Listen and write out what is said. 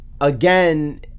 Again